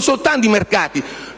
tranquillizzeranno i mercati